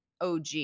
OG